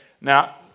Now